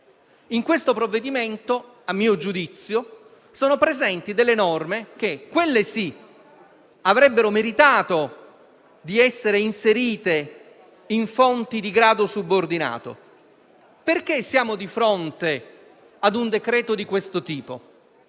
In questo provvedimento, a mio giudizio, sono presenti norme che, quelle sì, avrebbero meritato di essere inserite in fonti di grado subordinato. Perché siamo di fronte a un decreto di questo tipo?